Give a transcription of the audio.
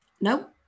No